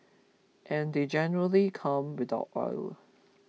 and they generally come without oil